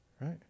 Right